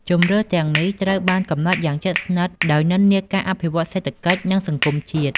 ជម្រើសទាំងនេះត្រូវបានកំណត់យ៉ាងជិតស្និទ្ធដោយនិន្នាការអភិវឌ្ឍន៍សេដ្ឋកិច្ច និងសង្គមជាតិ។